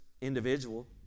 individual